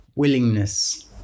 Willingness